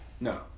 No